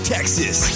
Texas